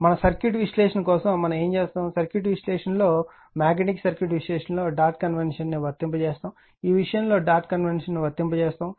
మన సర్క్యూట్ విశ్లేషణ కోసం మనం ఏమి చేస్తాం సర్క్యూట్ విశ్లేషణలో మాగ్నెటిక్ సర్క్యూట్ విశ్లేషణలో డాట్ కన్వెన్షన్ను వర్తింపజేస్తాము ఈ విషయంలో డాట్ కన్వెన్షన్ను వర్తింపజేస్తాము